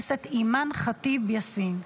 אימאן ח'טיב יאסין,